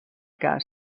cas